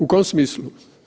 U kom smislu?